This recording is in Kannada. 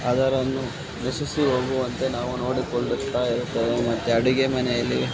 ಅದರನ್ನು ನಶಿಸಿ ಹೋಗುವಂತೆ ನಾವು ನೋಡಿಕೊಳ್ಳುತ್ತಾಯಿರ್ತೇವೆ ಮತ್ತು ಅಡುಗೆ ಮನೆಯಲ್ಲಿ